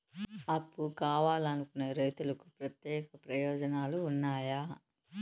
అప్పు కావాలనుకునే రైతులకు ప్రత్యేక ప్రయోజనాలు ఉన్నాయా?